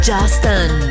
Justin